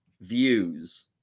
views